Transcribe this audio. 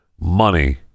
money